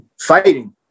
fighting